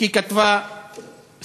כי כתבה סטטוס